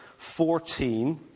14